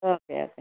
okay okay